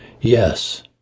Yes